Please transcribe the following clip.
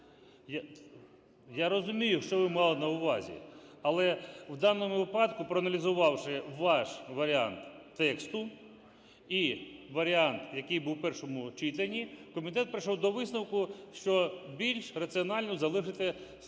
Я розумію, що ви мали на увазі. Але в даному випадку, проаналізувавши ваш варіант тексту і варіант, який був в першому читанні, комітет прийшов до висновку, що більш раціонально залишити цю статтю